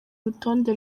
urutonde